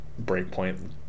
Breakpoint